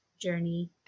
journey